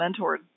mentored